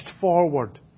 forward